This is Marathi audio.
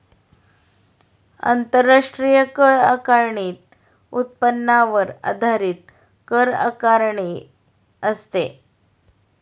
आंतरराष्ट्रीय कर आकारणीत उत्पन्नावर आधारित कर आकारणी असते